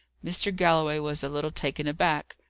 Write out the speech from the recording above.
mr. galloway was a little taken aback.